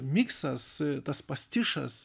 miksas tas pastišas